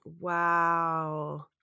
Wow